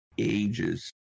ages